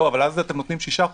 אבל אז אתם נותנים שישה חודשים.